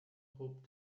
hoped